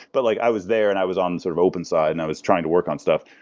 but like i was there and i was on sort of open side and i was trying to work on stuff.